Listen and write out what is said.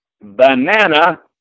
Banana